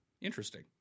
Interesting